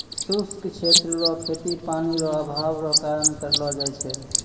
शुष्क क्षेत्र रो खेती पानी रो अभाव रो कारण करलो जाय छै